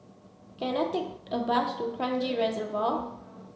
can I take a bus to Kranji Reservoir